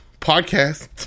podcast